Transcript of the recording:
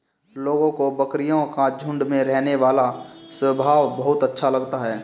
लोगों को बकरियों का झुंड में रहने वाला स्वभाव बहुत अच्छा लगता है